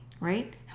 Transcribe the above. right